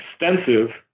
extensive